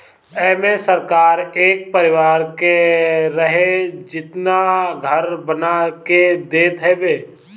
एमे सरकार एक परिवार के रहे जेतना घर बना के देत हवे